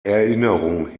erinnerung